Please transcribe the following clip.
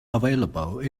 available